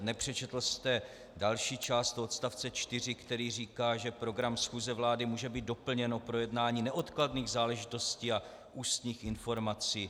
Nepřečetl jste další část odst. 4, který říká, že program schůze vlády může být doplněn o projednání neodkladných záležitostí a ústních informací.